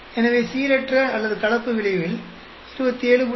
எனவே சீரற்ற அல்லது கலப்பு விளைவில் 27